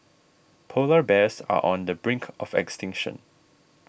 Polar Bears are on the brink of extinction